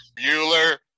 Bueller